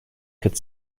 could